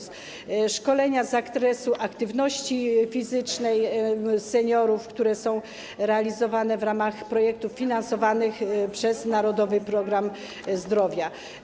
Są też szkolenia z zakresu aktywności fizycznej seniorów, które są realizowane w ramach projektów finansowanych przez Narodowy Program Zdrowia.